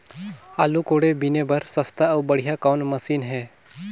आलू कोड़े बीने बर सस्ता अउ बढ़िया कौन मशीन हे?